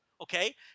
Okay